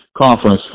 Conference